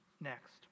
next